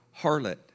harlot